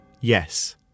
yes